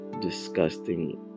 disgusting